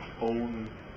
own